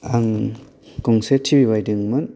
आं गंसे T V बायदोंमोन